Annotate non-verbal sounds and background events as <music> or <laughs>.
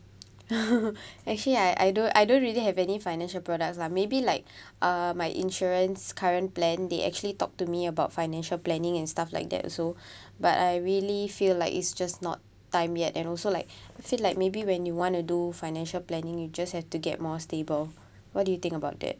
<laughs> actually I I don't I don't really have any financial products lah maybe like uh my insurance current plan they actually talk to me about financial planning and stuff like that also but I really feel like it's just not time yet and also like I feel like maybe when you want to do financial planning you just have to get more stable what do you think about it